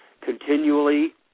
continually